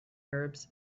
arabs